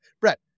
Brett